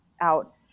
out